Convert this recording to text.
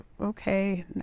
okay